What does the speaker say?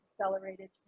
accelerated